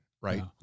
Right